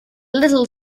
little